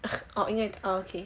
oh okay